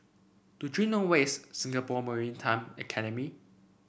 do you know where is Singapore Maritime Academy